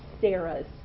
Sarah's